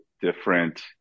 different